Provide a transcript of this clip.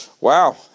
wow